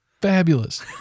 fabulous